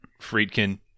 Friedkin